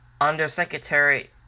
Undersecretary